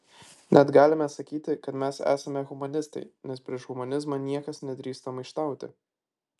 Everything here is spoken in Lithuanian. net galime sakyti kad mes esame humanistai nes prieš humanizmą niekas nedrįsta maištauti